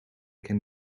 can